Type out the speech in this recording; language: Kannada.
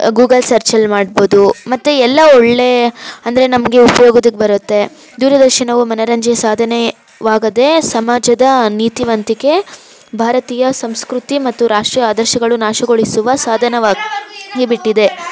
ಗೂಗಲ್ ಸರ್ಚಲ್ಲಿ ಮಾಡ್ಬೋದು ಮತ್ತು ಎಲ್ಲ ಒಳ್ಳೆಯ ಅಂದರೆ ನಮಗೆ ಉಪ್ಯೋಗದಕ್ಕೆ ಬರುತ್ತೆ ದೂರದರ್ಶನವು ಮನರಂಜಿ ಸಾಧನವಾಗದೇ ಸಮಾಜದ ನೀತಿವಂತಿಕೆ ಭಾರತೀಯ ಸಂಸ್ಕೃತಿ ಮತ್ತು ರಾಷ್ಟ್ರೀಯ ಆದರ್ಶಗಳು ನಾಶಗೊಳಿಸುವ ಸಾಧನವಾ ಗಿಬಿಟ್ಟಿದೆ